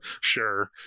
sure